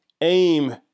aim